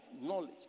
knowledge